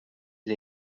les